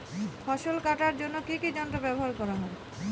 ফসল কাটার জন্য কি কি যন্ত্র ব্যাবহার করা হয়?